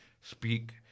speak